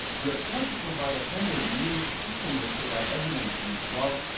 we are trying to provide a homemade meal to customers so that everyone feels loved,